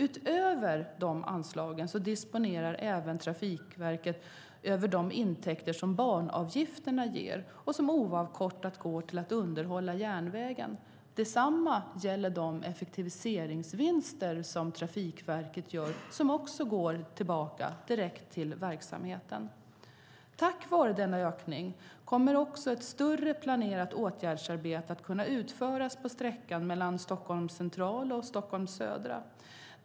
Utöver anslagen disponerar Trafikverket även över de intäkter som banavgifterna ger och som oavkortat går till att underhålla järnvägen. Detsamma gäller de effektiviseringsvinster som Trafikverket gör som också går tillbaka direkt till verksamheten. Tack vare denna ökning kommer också ett större planerat åtgärdsarbete att kunna utföras på sträckan mellan Stockholms central och Stockholms södra.